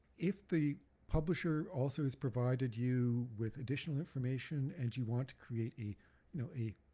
if the publisher also has provided you with additional information and you want to create a you know a